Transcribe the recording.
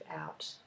out